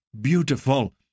beautiful